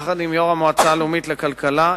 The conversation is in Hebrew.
יחד עם יושב-ראש המועצה הלאומית לכלכלה,